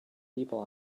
people